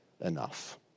enough